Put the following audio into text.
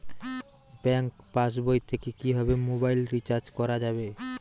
Bank পাশবই থেকে কিভাবে মোবাইল রিচার্জ করা যাবে?